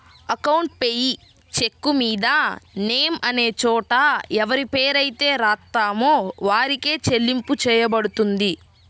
account payee చెక్కుమీద name అనే చోట ఎవరిపేరైతే రాత్తామో వారికే చెల్లింపు చెయ్యబడుతుంది